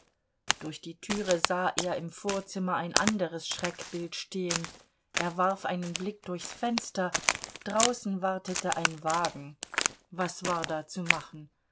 durch die türe sah er im vorzimmer ein anderes schreckbild stehen er warf einen blick durchs fenster draußen wartete ein wagen was war da zu machen